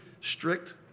strict